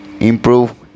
improve